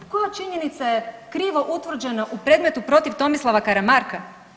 Koja činjenica je krivo utvrđena u premetu protiv Tomislava Karamarka?